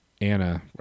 Anna